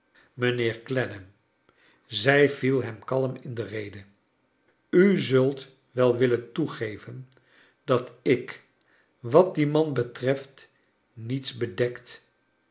mijnheer clennam zij viel hem kalm in de rede u zult wel willen toegeven dat ik wat dien man betreft niets bedekt